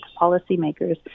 policymakers